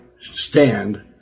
stand